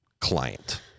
client